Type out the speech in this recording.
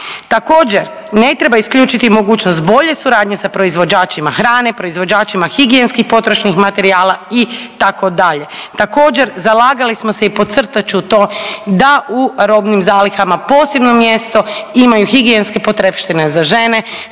Također, ne treba isključiti mogućnost bolje suradnje sa proizvođačima hrane, proizvođačima higijenskih potrošnih materijala itd. Također zalagali smo se i podcrtat ću to da u robnim zalihama posebno mjesto imaju higijenske potrepštine za žene.